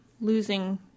losing